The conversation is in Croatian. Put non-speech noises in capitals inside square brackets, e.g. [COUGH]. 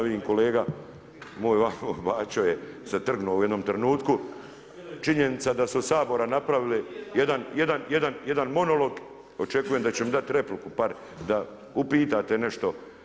Vidim kolega moj ... [UNINTELLIGIBLE] je se trgnuo u jednom trenutku, činjenica da smo od Sabora napravili jedan monolog, očekujem da će mi dati repliku bar da upitate nešto.